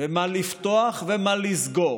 ומה לפתוח ומה לסגור